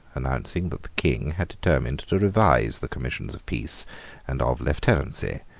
announcing that the king had determined to revise the commissions of peace and of lieutenancy,